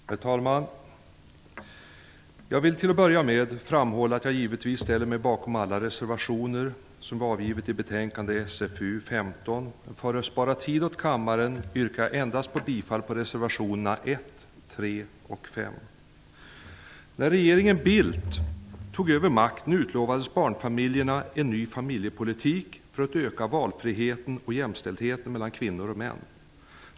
Herr talman! Jag vill till att börja med framhålla att jag givetvis ställer mig bakom alla de reservationer som vi avgivit i betänkande SfU15, men för att spara tid åt kammaren yrkar jag bifall endast till reservationerna 1, 3 och 5. När regeringen Bildt tog över makten utlovades barnfamiljerna en ny familjepolitik för att öka valfriheten och jämställdheten mellan kvinnor och män.